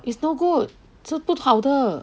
it's not good 吃不好的